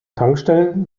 tankstellen